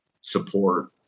support